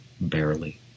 barely